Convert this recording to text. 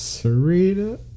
Serena